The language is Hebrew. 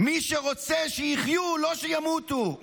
מי שרוצה שיחיו, לא שימותו.